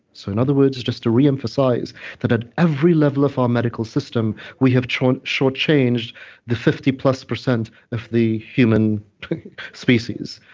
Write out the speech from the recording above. so, in other words, just to re-emphasize that at every level of our medical system, we have shortchanged the fifty plus percent of the human species.